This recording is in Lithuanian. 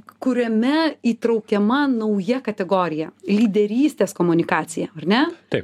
kuriame įtraukiama nauja kategorija lyderystės komunikacija ar ne